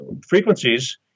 frequencies